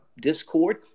Discord